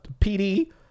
PD